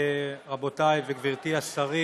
רבותיי וגברתי השרים,